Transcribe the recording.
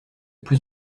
plus